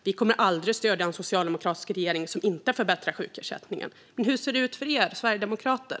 Vi kommer aldrig att stödja en socialdemokratisk regering som inte förbättrar sjukersättningen. Men hur ser det ut för er sverigedemokrater?